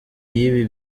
y’ibi